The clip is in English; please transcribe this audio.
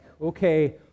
okay